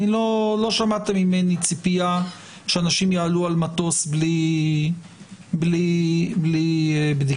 לא שמעתם ממני ציפייה שאנשים יעלו על מטוס בלי בדיקות